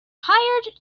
hired